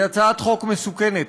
היא הצעת חוק מסוכנת,